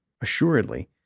Assuredly